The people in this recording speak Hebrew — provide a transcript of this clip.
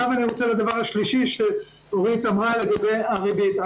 הדבר השלישי שאורית אמרה לגבי הריבית.